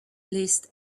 list